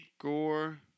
Gore